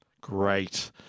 Great